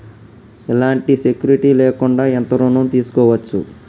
ఎలాంటి సెక్యూరిటీ లేకుండా ఎంత ఋణం తీసుకోవచ్చు?